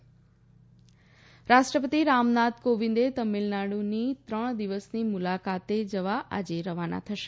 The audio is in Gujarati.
રાષ્ટ્રપતિ તમીલનાડુ રાષ્ટ્રપતિ રામનાથ કોવિંદે તમીળનાડુની ત્રણ દિવસની મુલાકાતે જવા આજે રવાના થશે